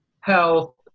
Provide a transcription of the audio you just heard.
health